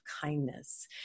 kindness